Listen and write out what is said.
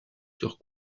sur